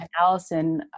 Allison